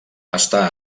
està